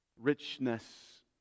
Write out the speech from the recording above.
richness